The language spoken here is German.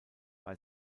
bei